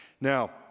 Now